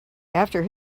after